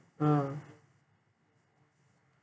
ah